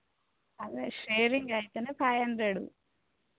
అదే షేరింగ్ అయితేనే five hundred